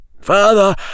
further